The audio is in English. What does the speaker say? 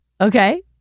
Okay